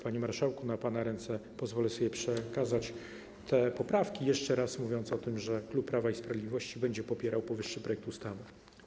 Panie marszałku, na pana ręce pozwolę sobie przekazać te poprawki, jeszcze raz podkreślając przy tym, że klub Prawa i Sprawiedliwości będzie popierał powyższy projekt ustawy.